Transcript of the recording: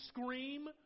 scream